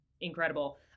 incredible